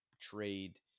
trade